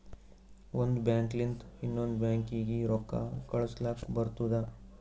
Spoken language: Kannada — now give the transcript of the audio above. ಒಂದ್ ಬ್ಯಾಂಕ್ ಲಿಂತ ಇನ್ನೊಂದು ಬ್ಯಾಂಕೀಗಿ ರೊಕ್ಕಾ ಕಳುಸ್ಲಕ್ ಬರ್ತುದ